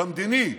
במדיני,